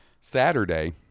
Saturday